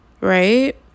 right